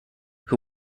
who